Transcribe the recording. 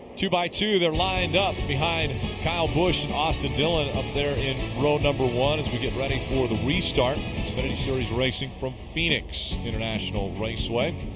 two by two they're lined up behind kyle busch and austin dillon up there in row number one as we get ready for the restart. but xfinity series racing from phoenix international raceway.